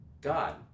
God